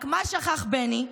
רק מה שכח בני,